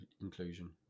inclusion